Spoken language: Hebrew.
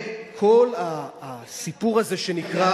כל הסיפור הזה שנקרא